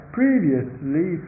previously